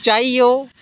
चाहे ओह्